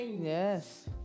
Yes